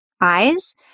eyes